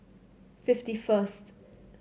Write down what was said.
fifty first